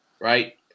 right